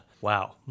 Wow